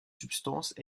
substances